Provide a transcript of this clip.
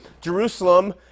Jerusalem